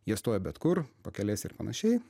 jie stoja bet kur pakelėse ir panašiai